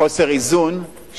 חוסר איזון,